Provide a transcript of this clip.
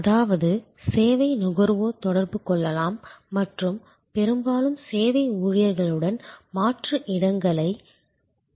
அதாவது சேவை நுகர்வோர் தொடர்பு கொள்ளலாம் மற்றும் பெரும்பாலும் சேவை ஊழியர்களுடன் மாற்று இடங்களை மாற்றலாம்